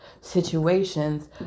situations